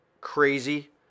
crazy